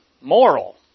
moral